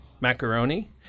macaroni